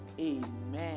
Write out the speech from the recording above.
Amen